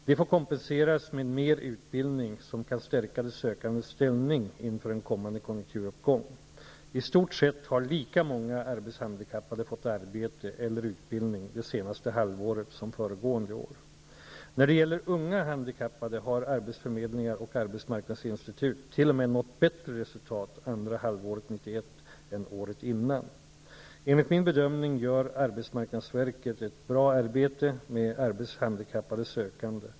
Det får kompenseras med mer utbildning som kan stärka de sökandes ställning inför en kommande konjunkturuppgång. I stort sett har lika många arbetshandikappade fått arbete eller utbildning det senaste halvåret som föregående år. När det gäller unga handikappade har arbetsförmedlingar och arbetsmarknadsinstitut t.o.m. nått bättre resultat andra halvåret 1991 än året före. Enligt min bedömning gör arbetsmarknadsverket ett bra arbete med arbetshandikappade sökande.